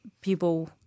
people